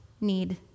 need